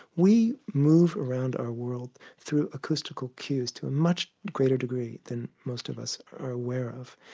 we move around our world through acoustical cues to a much greater degree than most of us are aware of.